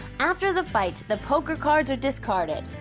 after the fight, the poker cards are discarded.